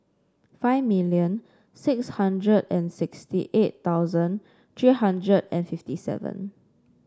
five million six hundred and sixty eight thousand three hundred and fifty seven